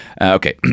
Okay